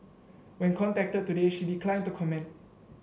when contacted today she declined to comment